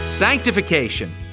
sanctification